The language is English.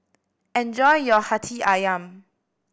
enjoy your Hati Ayam